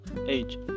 age